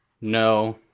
no